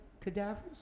cadavers